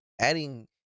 adding